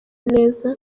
neza